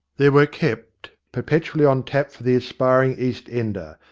there were kept, perpetually on tap for the aspiring east ender,